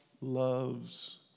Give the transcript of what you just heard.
loves